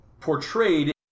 portrayed